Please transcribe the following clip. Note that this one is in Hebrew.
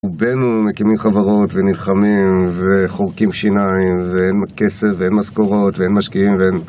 רובנו מקימים חברות ונלחמים וחורקים שיניים ואין כסף ואין משכורות ואין משקיעים ואין...